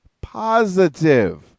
positive